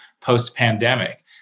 post-pandemic